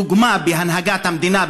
דוגמה בהנהגת המדינה,